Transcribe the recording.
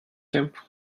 tempo